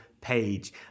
page